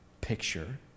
picture